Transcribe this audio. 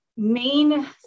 main